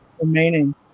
remaining